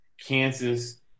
Kansas